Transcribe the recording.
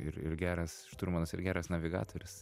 ir ir geras šturmanas ir geras navigatorius